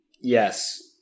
yes